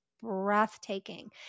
breathtaking